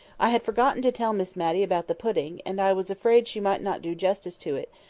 i had forgotten to tell miss matty about the pudding, and i was afraid she might not do justice to it,